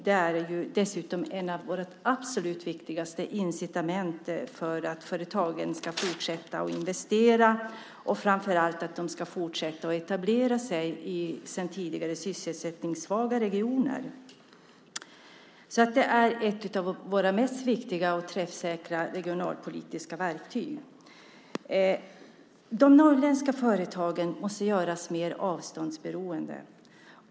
Det är dessutom ett av våra absolut viktigaste incitament för att företagen ska fortsätta att investera och framför allt för att de ska fortsätta att etablera sig i sedan tidigare sysselsättningssvaga regioner. Det är ett av våra mest viktiga och träffsäkra regionalpolitiska verktyg. De norrländska företagen måste göras mer avståndsoberoende.